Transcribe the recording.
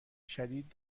شدید